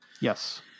Yes